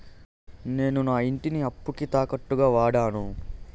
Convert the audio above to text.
నేను నా ఇంటిని అప్పుకి తాకట్టుగా వాడాను